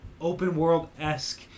open-world-esque